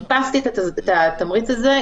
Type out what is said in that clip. איפסתי את התמריץ הזה.